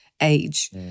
age